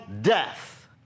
death